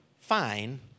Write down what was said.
fine